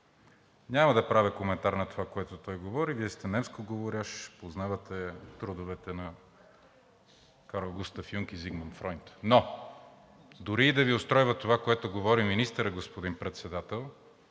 Няма да правя коментар на това, за което той говори, Вие сте немскоговорящ, познавате трудовете на Карл Густав Юнг и Зигмунд Фройд. Но дори и да Ви устройства това, за което говори министърът, господин Председател,